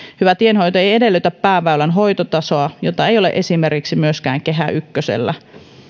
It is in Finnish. hyvä tienhoito ei edellytä pääväylän hoitotasoa jota ei ole esimerkiksi myöskään kehä ykkösellä